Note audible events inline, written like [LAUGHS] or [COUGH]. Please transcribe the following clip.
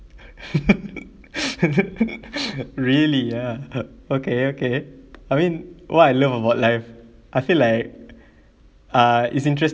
[LAUGHS] really ah [NOISE] okay okay I mean what I love about life I feel like uh it's interesting